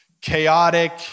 chaotic